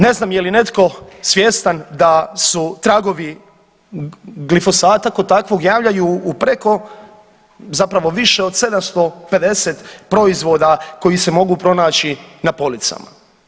Ne znam je li netko svjestan da su tragovi glifosata kod takvog javljaju u preko zapravo više od 750 proizvoda koji se mogu pronaći na policama.